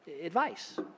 advice